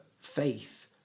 faith